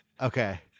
okay